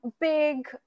big